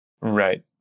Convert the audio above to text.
right